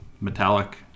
metallic